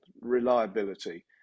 reliability